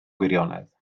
gwirionedd